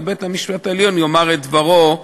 ובית-המשפט העליון יאמר את דברו,